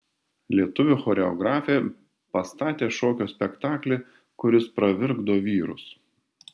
lietuvių choreografė pastatė šokio spektaklį kuris pravirkdo vyrus